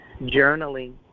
Journaling